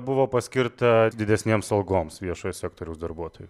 buvo paskirta didesnėms algoms viešojo sektoriaus darbuotojų